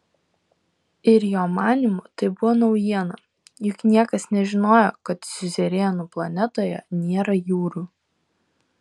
ir jo manymu tai buvo naujiena juk niekas nežinojo kad siuzerenų planetoje nėra jūrų